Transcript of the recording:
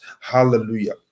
Hallelujah